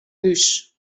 hús